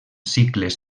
cicles